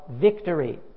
victory